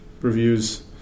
reviews